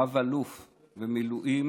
רב-אלוף במילואים,